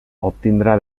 obtindrà